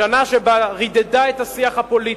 שנה שבה רידדה את השיח הפוליטי,